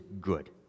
good